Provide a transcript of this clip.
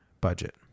Budget